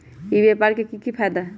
ई व्यापार के की की फायदा है?